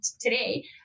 today